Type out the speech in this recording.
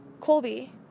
Colby